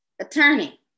Attorney